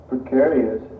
precarious